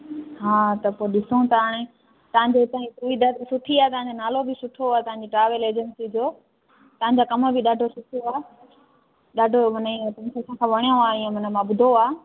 हा त पोइ ॾिसूं था पोइ हाणे तव्हांजे इतां सुविधा त सुठी आहे तव्हांजो नालो बि सुठो आहे तव्हांजो ट्रेवल एजेंसी जो तव्हांजो कमु बि ॾाढो सुठो आहे ॾाढो माने मुखे वणियो आहे ईअं माना ॿुधो आहे